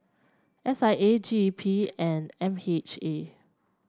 S I A G E P and M H A